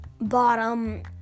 bottom